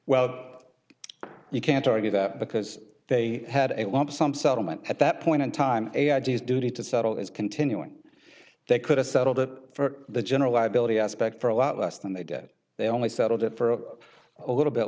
well you can't argue that because they had a lump sum settlement at that point in time g s duty to settle is continuing they could have settled it for the general i believe aspect for a lot less than they get they only settled it for of a little bit